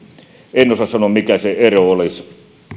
en osaa sanoa mikä se ero olisi